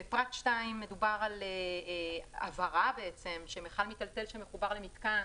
בפרט 2 יש הבהרה שמכל מיטלטל שמחובר למתקן